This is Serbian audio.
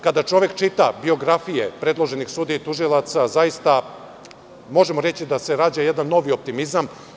Kada čovek čita biografije predloženih sudija i tužilaca, zaista možemo reći da se rađa jedan novi optimizam.